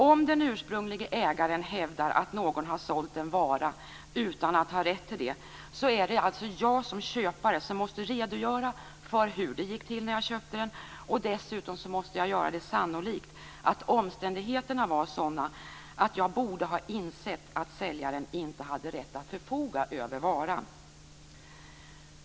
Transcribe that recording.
Om den ursprunglige ägaren hävdar att någon har sålt en vara utan att ha rätt till det är det alltså jag som köpare som måste redogöra för hur det gick till när jag köpte den. Dessutom måste jag göra det sannolikt att omständigheterna var sådana att jag borde ha insett att säljaren inte hade rätt att förfoga över varan.